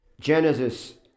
Genesis